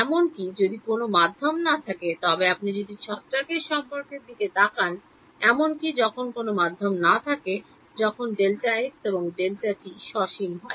এমনকি যদি কোনও মাধ্যম না থাকে তবে আপনি যদি ছত্রাকের সম্পর্কের দিকে তাকান এমনকি যখন কোনও মাধ্যম না থাকে যখন Δx এবং Δt সসীম হয়